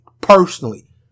personally